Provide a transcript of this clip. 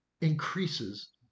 increases